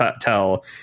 tell